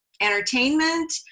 entertainment